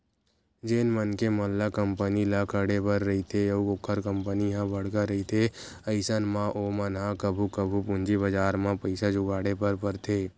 जेन मनखे मन ल कंपनी ल खड़े बर रहिथे अउ ओखर कंपनी ह बड़का रहिथे अइसन म ओमन ह कभू कभू पूंजी बजार म पइसा जुगाड़े बर परथे